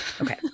Okay